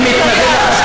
אני מתנגד לחקירות?